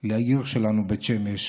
לעיר שלנו בית שמש,